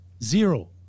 zero